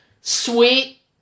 sweet